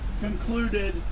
concluded